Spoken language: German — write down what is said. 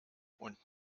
und